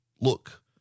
look